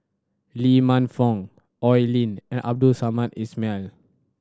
Lee Man Fong Oi Lin and Abdul Samad Ismail